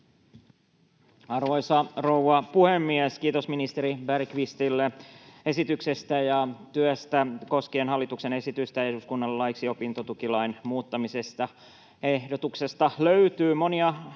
Arvoisa rouva puhemies! Kiitos ministeri Bergqvistille esityksestä ja työstä koskien hallituksen esitystä eduskunnalle laiksi opintotukilain muuttamisesta. Ehdotuksesta löytyy monia